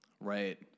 Right